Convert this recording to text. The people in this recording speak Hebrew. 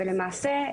למעשה,